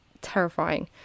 terrifying